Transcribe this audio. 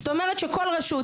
זאת אומרת שכל רשות,